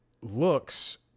looks